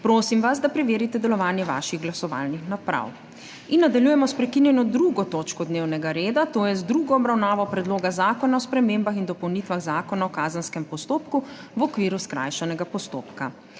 Prosim vas, da preverite delovanje glasovalnih naprav. Nadaljujemo s prekinjeno 2. točko dnevnega reda, to je z drugo obravnavo Predloga zakona o spremembah in dopolnitvah Zakona o kazenskem postopku v okviru skrajšanega postopka.